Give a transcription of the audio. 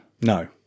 No